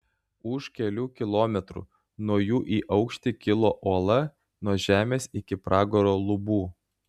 už kelių kilometrų nuo jų į aukštį kilo uola nuo žemės iki pragaro lubų